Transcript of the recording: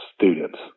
students